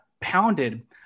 pounded